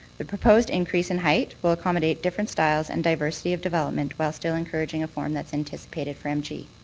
the proposed increase in height will accommodate different styles and diversity of development while still encouraging a form that's anticipated for mg.